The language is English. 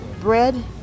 bread